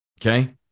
Okay